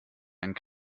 einen